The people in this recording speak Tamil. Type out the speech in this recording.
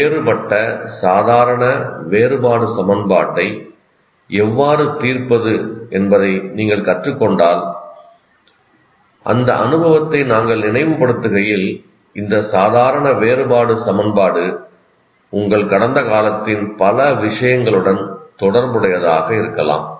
வேறுபட்ட சாதாரண வேறுபாடு சமன்பாட்டை எவ்வாறு தீர்ப்பது என்பதை நீங்கள் கற்றுக் கொண்டால் அந்த அனுபவத்தை நாங்கள் நினைவுபடுத்துகையில் இந்த சாதாரண வேறுபாடு சமன்பாடு உங்கள் கடந்த காலத்தின் பல விஷயங்களுடன் தொடர்புடையதாக இருக்கலாம்